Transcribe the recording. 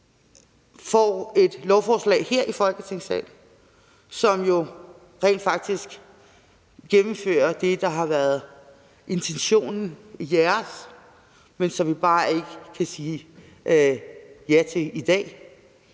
får et lovforslag her i Folketingssalen, som rent faktisk gennemfører det, der har været intentionen i jeres forslag, som vi bare ikke kan sige ja til i dag.